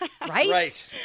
Right